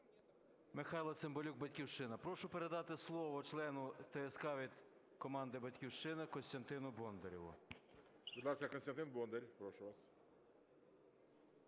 Михайло Цимбалюк, "Батьківщина". Прошу передати слово члену ТСК від команди "Батьківщина" Костянтину Бондарєву. ГОЛОВУЮЧИЙ. Будь ласка, Костянтин Бондарєв, прошу вас.